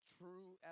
true